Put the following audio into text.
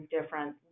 different